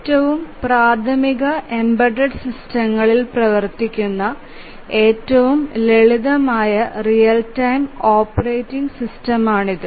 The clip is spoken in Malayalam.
ഏറ്റവും പ്രാഥമിക എംബെഡ്ഡ്ഡ് സിസ്റ്റങ്ങളിൽ പ്രവർത്തിക്കുന്ന ഏറ്റവും ലളിതമായ റിയൽ ടൈം ഓപ്പറേറ്റിംഗ് സിസ്റ്റമാണിത്